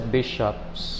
bishops